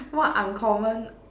what uncommon